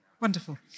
Wonderful